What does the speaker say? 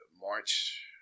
March